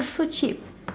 !wah! so cheap